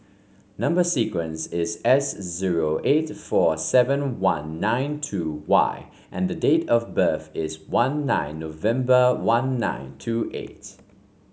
number sequence is S zero eight four seven one nine two Y and the date of birth is one nine November one nine two eight